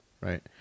right